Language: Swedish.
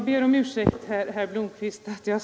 Herr talman!